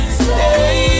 stay